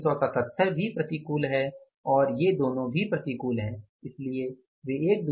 तो ३77 भी प्रतिकूल है और ये दोनों भी प्रतिकूल हैं इसलिए वे एक दूसरे के बराबर हैं